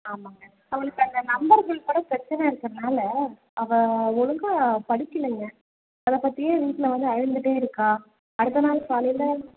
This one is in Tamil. ஆமாம்ங்க அவளுக்கு அங்கே நம்பர் உள்பட பிரச்சனை இருக்கிறனால அவள் ஒழுங்காக படிக்கலங்க அதைப்பத்தியே வீட்டில் வந்து அழுதுட்டே இருக்கா அடுத்த நாள் காலையில்